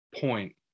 point